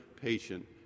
patient